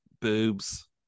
boobs